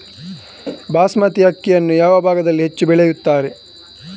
ಬಾಸ್ಮತಿ ಅಕ್ಕಿಯನ್ನು ಯಾವ ಭಾಗದಲ್ಲಿ ಹೆಚ್ಚು ಬೆಳೆಯುತ್ತಾರೆ?